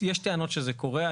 יש טענות שזה קורה.